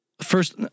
First